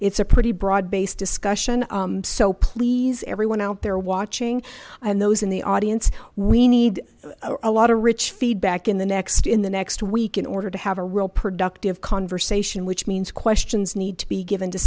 it's a pretty broad based discussion so please everyone out there watching and those in the audience we need a lot of rich feedback in the next in the next week in order to have a real productive conversation which means questions need to be given to